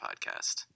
podcast